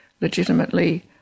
legitimately